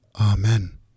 amen